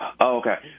Okay